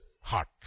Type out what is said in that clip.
heart